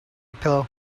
pillow